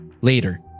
Later